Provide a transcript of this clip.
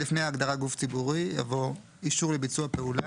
לפני ההגדרה "גוף ציבורי" יבוא: ""אישור לביצוע פעולה"